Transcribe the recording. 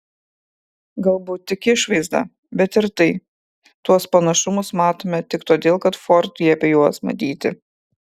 galbūt tik išvaizdą bet ir tai tuos panašumus matome tik todėl kad ford liepė juos matyti